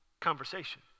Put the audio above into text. conversation